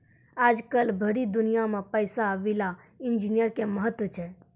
आजकल भरी दुनिया मे पैसा विला इन्जीनियर के महत्व छै